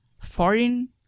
foreign